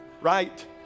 right